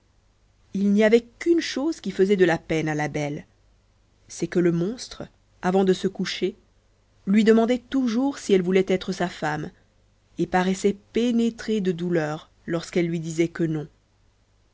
il n'y avait qu'une chose qui faisait de la peine à la belle c'est que le monstre avant de se coucher lui demandait toujours si elle voulait être sa femme et paraissait pénétré de douleur lorsqu'elle lui disait que non